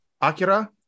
akira